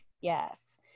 yes